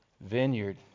vineyard